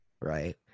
right